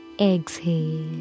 exhale